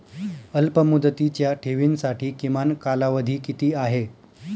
अल्पमुदतीच्या ठेवींसाठी किमान कालावधी किती आहे?